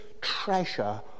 treasure